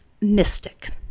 mystic